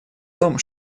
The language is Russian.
том